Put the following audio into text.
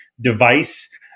device